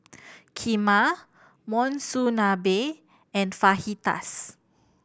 Kheema Monsunabe and Fajitas